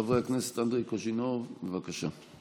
חבר הכנסת אנדרי קוז'ינוב, בבקשה.